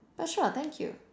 but sure thank you